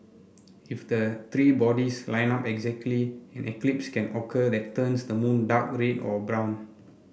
if the three bodies line up exactly an eclipse can occur that turns the moon dark red or brown